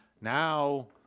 Now